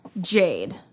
Jade